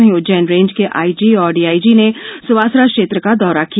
वहीं उज्जैन रेंज के आईजी और डीआईजी ने सुवासरा क्षेत्र का दौरान किया